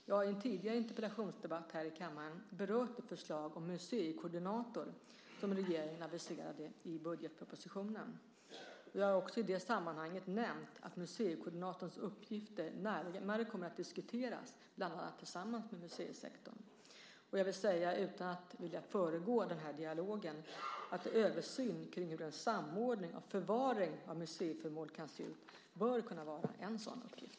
Jag har i en tidigare interpellationsdebatt i kammaren berört det förslag om museikoordinator som regeringen aviserade i budgetpropositionen. Jag har i det sammanhanget också nämnt att museikoordinatorns uppgifter närmare kommer att diskuteras bland annat med museisektorn. Jag vill säga - dock utan att vilja föregå denna dialog - att en översyn av hur en samordning av förvaring av museiföremål kan se ut bör kunna vara en sådan uppgift.